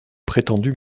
prétendu